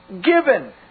given